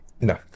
No